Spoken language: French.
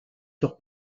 sur